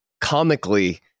comically